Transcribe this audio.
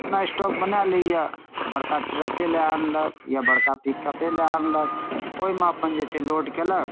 अपना स्टॉक बना लैए बड़का ट्रके लऽ अनलक या बड़का पिकअपे लऽ अनलक ओहिमे अपन जे छै अपन लोड केलक